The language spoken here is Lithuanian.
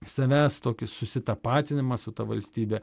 savęs tokį susitapatinimą su ta valstybe